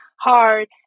hard